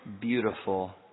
beautiful